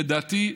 לדעתי,